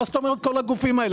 מה זאת אומרת כל הגופים האלה?